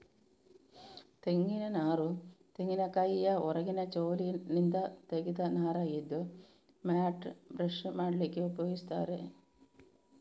ತೆಂಗಿನ ನಾರು ತೆಂಗಿನಕಾಯಿಯ ಹೊರಗಿನ ಚೋಲಿನಿಂದ ತೆಗೆದ ನಾರಾಗಿದ್ದು ಮ್ಯಾಟ್, ಬ್ರಷ್ ಮಾಡ್ಲಿಕ್ಕೆ ಉಪಯೋಗಿಸ್ತಾರೆ